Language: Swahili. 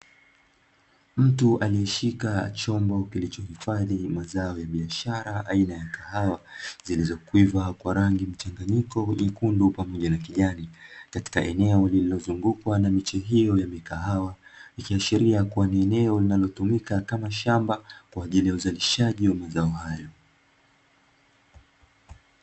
Mtu aliyeshika chombo kilichohifadhi mazao ya biashara aina ya kahawa, zilizokwiva kwa rangi mchanganyiko nyekundu pamoja na kijani, katika eneo lililozungukwa na miche hiyo ya mikahawa, ikiashiria kuwa ni eneo linalotumika kama shamba kwa ajili ya uzalishaji wa mazao hayo.